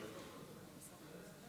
אז זה עבר לוועדת הכספים.